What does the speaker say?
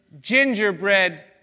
gingerbread